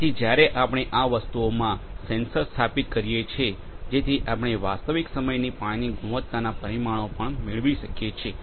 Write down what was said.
તેથી જ્યારે આપણે આ વસ્તુઓમાં આ સેન્સર્સ સ્થાપિત કરીએ છીએ જેથી આપણે વાસ્તવિક સમયની પાણીની ગુણવત્તાના પરિમાણો પણ મેળવી શકીએ છીએ